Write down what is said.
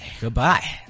Goodbye